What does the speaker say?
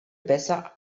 besser